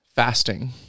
Fasting